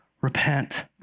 Repent